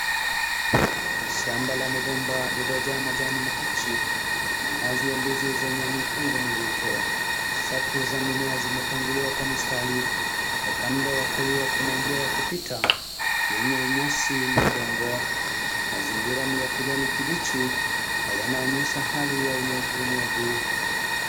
Shamba la migomba lililo jaa majani mabichi minazi ya ndizi zenye mikungu mizito. safu za mimea zimepangiliwa kwa mistari kwa upande wa kulia kuna njia ya kupita yenye nyasi na udongo. Mazingira ni ya kijani kibichi na nyanaonyesha hali ya unyevu unyevu.